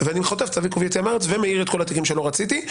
ואני חוטף צו עיכוב יציאה מהארץ ומעיר את כל התיקים שלא רציתי.